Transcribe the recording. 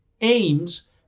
aims